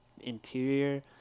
interior